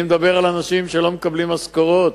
אני מדבר על אנשים שלא מקבלים משכורות.